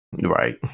right